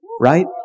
Right